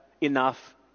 enough